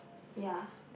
ya